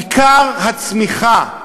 עיקר הצמיחה,